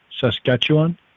Saskatchewan